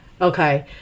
Okay